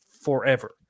forever